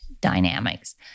dynamics